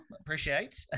appreciate